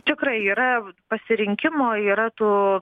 tikrai yra pasirinkimo yra tų